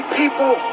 people